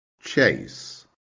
Chase